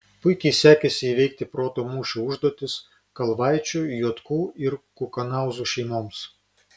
puikiai sekėsi įveikti proto mūšio užduotis kalvaičių juotkų ir kukanauzų šeimoms